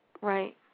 right